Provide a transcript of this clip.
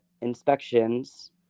inspections